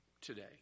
today